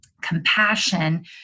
compassion